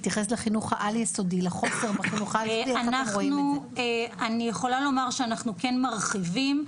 אני יכולה לומר שאנחנו כן מרחיבים.